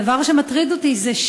הדבר שמטריד אותי הוא,